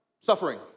suffering